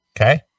Okay